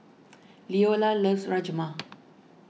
Leola loves Rajma